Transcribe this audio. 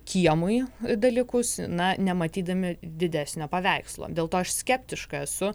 kiemui dalykus na nematydami didesnio paveikslo dėl to aš skeptiška esu